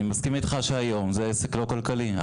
אני מסכים איתך שהיום זה עסק לא כלכלי.